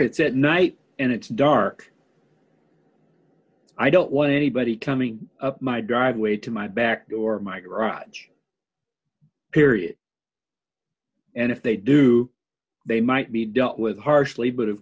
it's at night and it's dark i don't want anybody coming up my driveway to my back or my garage period and if they do they might be dealt with harshly but of